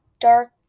dark